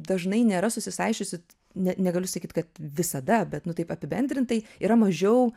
dažnai nėra susisaisčiusi ne negaliu sakyt kad visada bet nu taip apibendrintai yra mažiau